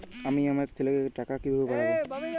আমি আমার ছেলেকে টাকা কিভাবে পাঠাব?